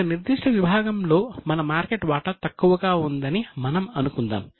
ఒక నిర్దిష్ట విభాగంలో మన మార్కెట్ వాటా తక్కువగా ఉందని మనం అనుకుందాం